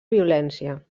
violència